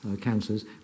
cancers